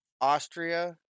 Austria